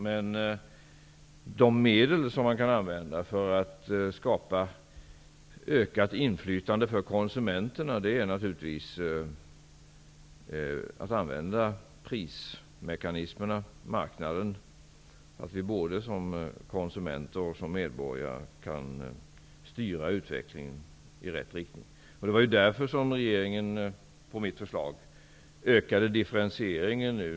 Men de medel som kan användas för att skapa ett ökat inflytande för konsumenterna är naturligtvis prismekanismerna, dvs. marknaden. Både som konsumenter och som medborgare skall vi kunna styra utvecklingen i rätt riktning. Det är därför som regeringen, på mitt förslag, ökade differentieringen.